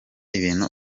ibintu